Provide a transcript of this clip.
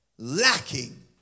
Lacking